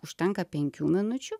užtenka penkių minučių